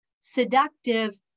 seductive